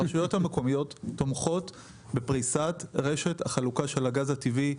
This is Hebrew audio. הרשויות המקומיות תומכות בפריסת רשת החלוקה של הגז הטבעי.